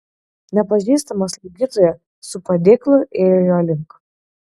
nepažįstama slaugytoja su padėklu ėjo jo link